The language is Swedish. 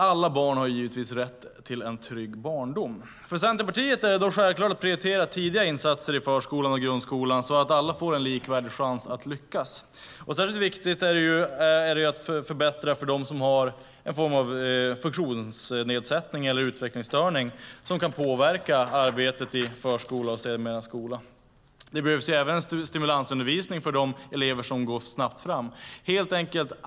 Alla barn har givetvis rätt till en trygg barndom. För Centerpartiet är det självklart att prioritera tidiga insatser i förskolan och grundskolan så att alla får en likvärdig chans att lyckas. Särskilt viktigt är det att förbättra för dem som har någon form av funktionsnedsättning eller utvecklingsstörning som kan påverka arbetet i förskolan och skolan. Det behövs även stimulansundervisning för de elever som går snabbt fram.